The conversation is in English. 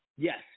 Yes